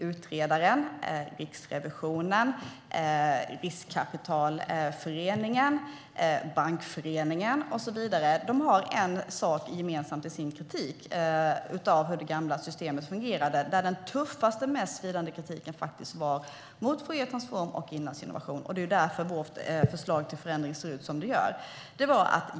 Utredaren, Riksrevisionen, Riskkapitalföreningen, Bankföreningen och så vidare har en sak gemensamt i sin kritik av hur det gamla systemet fungerade: Den tuffaste och mest svidande kritiken riktades mot Fouriertransform och Inlandsinnovation. Det är därför vårt förslag till förändring ser ut som det gör.